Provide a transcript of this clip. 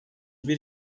bir